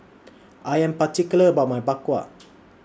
I Am particular about My Bak Kwa